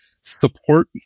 support